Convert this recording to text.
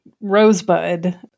Rosebud